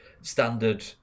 standard